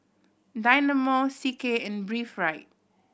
Dynamo C K and Breathe Right